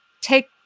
take